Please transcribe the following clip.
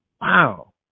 wow